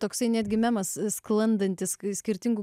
toksai atgimimas sklandantys skirtingų